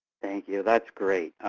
thank you. that's great.